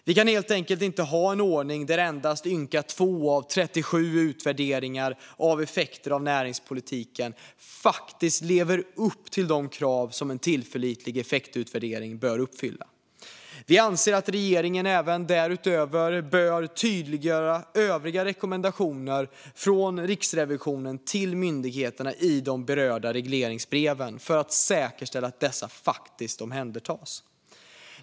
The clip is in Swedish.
Vi kan helt enkelt inte ha en ordning där ynka 2 av 37 utvärderingar av effekter av näringspolitiken faktiskt lever upp till de krav som en tillförlitlig effektutvärdering bör uppfylla. Vi anser även att regeringen därutöver bör tydliggöra övriga rekommendationer från Riksrevisionen till myndigheterna i de berörda regleringsbreven för att säkerställa att dessa omhändertas.